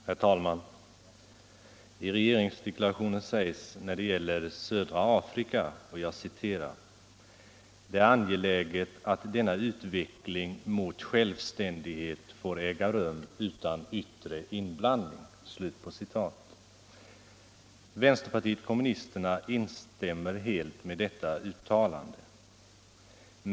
Herr talman! I regeringsdeklarationen sägs när det gäller södra Afrika: ”Det är angeläget att denna utveckling mot självständighet får äga rum utan yttre inblandning.” Vänsterpartiet kommunisterna instämmer helt i detta uttalande.